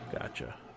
Gotcha